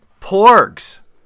porgs